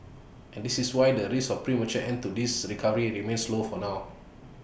and this is why the risk of A premature end to this recovery remains low for now